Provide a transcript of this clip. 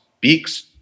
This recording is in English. Beaks